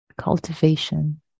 cultivation